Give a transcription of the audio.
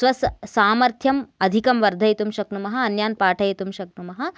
स्व सामर्थ्यम् अधिकं वर्धयितुं शक्नुमः अन्यान् पाठयितुं शक्नुमः